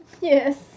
Yes